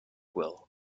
will